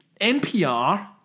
NPR